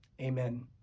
Amen